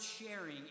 sharing